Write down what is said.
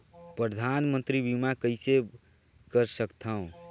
परधानमंतरी बीमा कइसे कर सकथव?